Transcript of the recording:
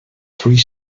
three